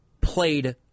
played